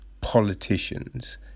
politicians